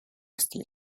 estilo